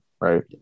right